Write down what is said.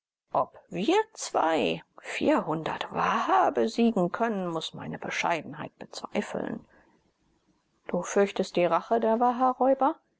ob wir zwei vierhundert waha besiegen können muß meine bescheidenheit bezweifeln du fürchtest die rache der